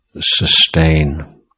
sustain